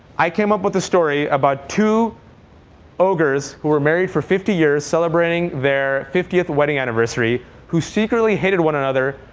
i came up with a story about two ogres who were married for fifty years celebrating their fiftieth wedding anniversary who secretly hated one another,